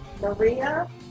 Maria